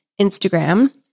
Instagram